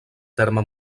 terme